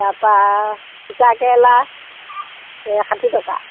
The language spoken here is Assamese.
তাৰপৰা তিতা কেৰেলা ষাঠি টকা